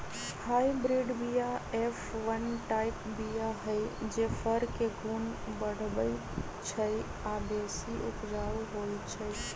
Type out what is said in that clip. hybrid बीया F one type बीया हई जे फर के गुण बढ़बइ छइ आ बेशी उपजाउ होइ छइ